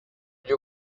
you